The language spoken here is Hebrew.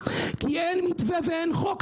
כי אין מתווה ואין חוק,